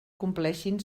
compleixin